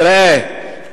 תראה,